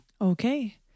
Okay